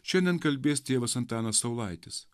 šiandien kalbės tėvas antanas saulaitis